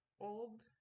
old